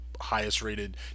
highest-rated